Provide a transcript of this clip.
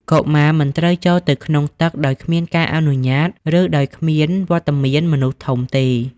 កុមារមិនត្រូវចូលទៅក្នុងទឹក ដោយគ្មានការអនុញ្ញាត ឬដោយគ្មានវត្តមានមនុស្សធំទេ។